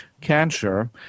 cancer